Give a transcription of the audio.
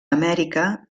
amèrica